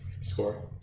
score